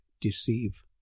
deceive